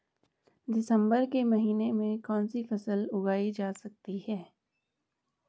दिसम्बर के महीने में कौन सी फसल उगाई जा सकती है?